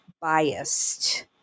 biased